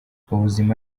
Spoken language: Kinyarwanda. ubuzima